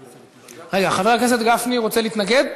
רגע, חבר הכנסת גפני רוצה להתנגד?